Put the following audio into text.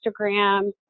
Instagram